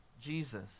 Jesus